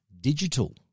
Digital